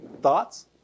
Thoughts